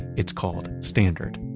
it's called standard.